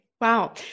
Wow